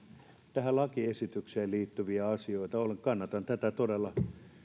tähän lakiesitykseen liittyviä asioita kannatan tätä todella